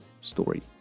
story